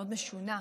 מאוד משונה.